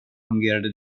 fungerade